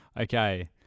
Okay